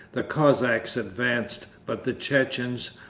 the cossacks advanced, but the chechens,